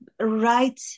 right